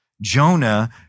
Jonah